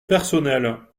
personnelle